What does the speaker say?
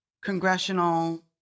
congressional